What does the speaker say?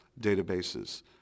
databases